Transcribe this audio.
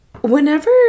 whenever